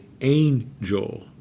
angel